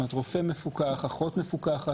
זאת אומרת, הרופא מפוקח והאחות מפוקחת.